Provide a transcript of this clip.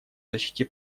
защите